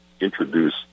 introduce